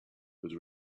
but